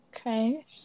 Okay